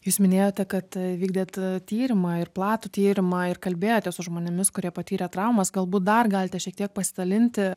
jūs minėjote kad vykdėt tyrimą ir platų tyrimą ir kalbėjotės su žmonėmis kurie patyrė traumas galbūt dar galite šiek tiek pasidalinti